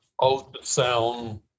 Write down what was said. ultrasound